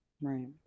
Right